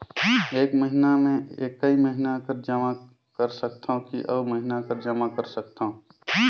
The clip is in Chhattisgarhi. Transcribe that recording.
एक महीना मे एकई महीना कर जमा कर सकथव कि अउ महीना कर जमा कर सकथव?